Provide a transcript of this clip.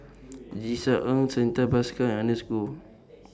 Tisa Ng Santha Bhaskar Ernest Goh